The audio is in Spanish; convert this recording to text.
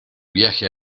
viaje